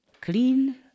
clean